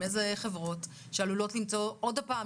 עם איזה חברות שעלולות לגרום עוד פעם